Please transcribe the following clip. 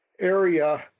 area